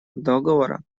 договора